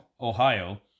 Ohio